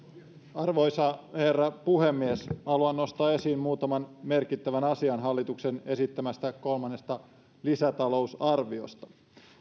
arvoisa herra puhemies haluan nostaa esiin muutaman merkittävän asian hallituksen esittämästä kolmannesta lisätalousarviosta